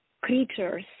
creatures